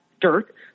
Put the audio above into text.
dirt